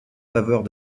faveurs